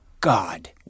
God